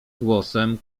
głosem